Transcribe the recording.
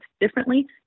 differently